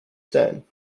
stone